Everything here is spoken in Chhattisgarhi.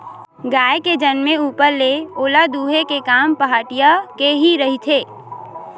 गाय के जनमे ऊपर ले ओला दूहे के काम पहाटिया के ही रहिथे